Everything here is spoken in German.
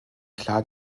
klar